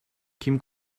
kim